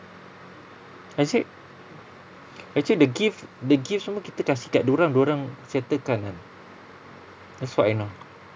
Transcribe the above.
actually actually the gift the gift semua kita kasi kat dorang dorang settle kan kan that's what I know